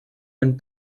ein